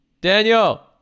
Daniel